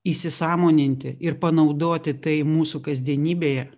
įsisąmoninti ir panaudoti tai mūsų kasdienybėje